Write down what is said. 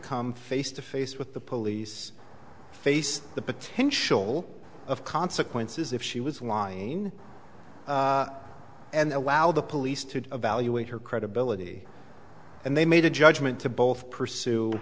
come face to face with the police face the potential of consequences if she was lying and allow the police to evaluate her credibility and they made a judgment to both pursue